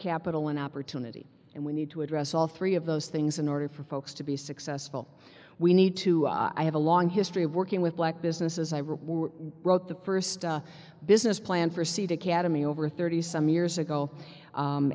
capital and opportunity and we need to address all three of those things in order for folks to be successful we need to i have a long history of working with black businesses i wrote the first business plan for cd cademy over thirty some years ago